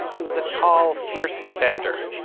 he was a tall, fierce defender,